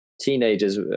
teenagers